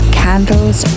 candles